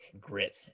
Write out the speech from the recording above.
grit